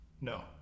No